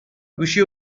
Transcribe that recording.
گوشی